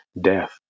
death